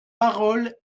parole